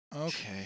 okay